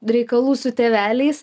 reikalų su tėveliais